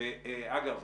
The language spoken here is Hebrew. ואגב,